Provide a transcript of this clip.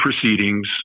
proceedings